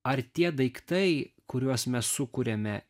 ar tie daiktai kuriuos mes sukuriame